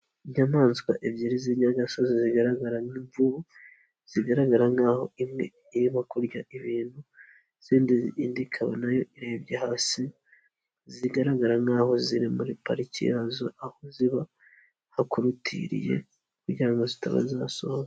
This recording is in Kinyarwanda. Inyamaswa ebyiri z'inyagasozi zigaragara nk'imvubu, zigaragara nk'aho imwe irimo kurya ibintu, indi ikaba nayo irebye hasi, zigaragara nk'aho ziri muri pariki yazo, aho ziba hakurutiriye kugira ngo zitaba zasohoka.